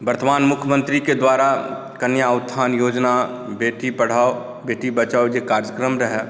वर्तमान मुख्यमन्त्रीके द्वारा कन्या उत्थान योजना बेटी पढ़ाओ बेटी बचाओ जे कर्यक्रम रहय